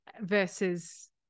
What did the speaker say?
versus